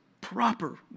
proper